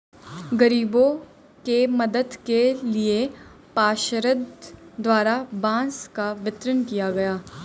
गरीबों के मदद के लिए पार्षद द्वारा बांस का वितरण किया गया